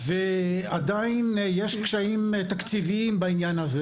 עדיין יש קשיים תקציביים בעניין הזה